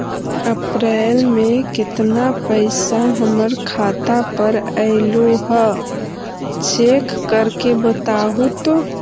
अप्रैल में केतना पैसा हमर खाता पर अएलो है चेक कर के बताहू तो?